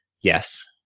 yes